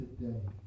today